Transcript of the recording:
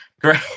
great